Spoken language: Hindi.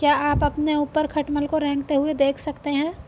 क्या आप अपने ऊपर खटमल को रेंगते हुए देख सकते हैं?